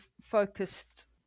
focused